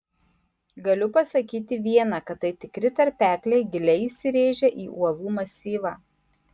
galiu pasakyti viena kad tai tikri tarpekliai giliai įsirėžę į uolų masyvą